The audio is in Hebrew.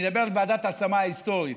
אני מדבר על ועדת ההשמה ההיסטורית.